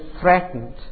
threatened